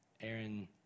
Aaron